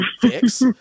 fix